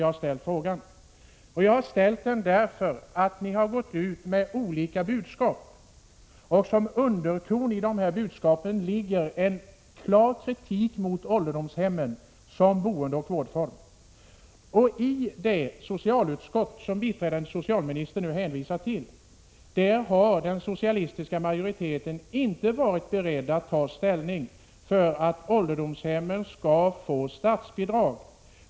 Jag har ställt frågan därför att ni har gått ut med olika budskap. Som underton i budskapen ligger en klar kritik mot ålderdomshemmen som boendeoch vårdform. I socialutskottet, som biträdande socialministern nu hänvisar till, har den socialistiska majoriteten inte varit beredd att ta ställning för att ålderdomshemmen skall få statsbidrag.